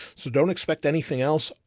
so don't expect anything else.